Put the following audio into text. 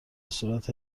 صورت